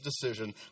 decision